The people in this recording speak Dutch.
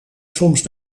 soms